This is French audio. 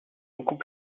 beaucoup